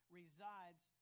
resides